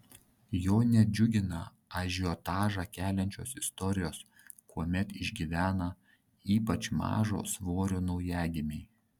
jo nedžiugina ažiotažą keliančios istorijos kuomet išgyvena ypač mažo svorio naujagimiai